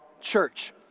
church